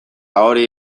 hori